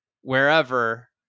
wherever